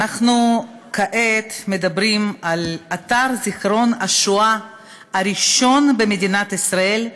אנחנו מדברים כעת על אתר זיכרון השואה הראשון במדינת ישראל,